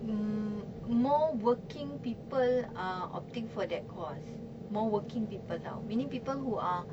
mm more working people are opting for that course more working people [tau] meaning people who are